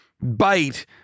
bite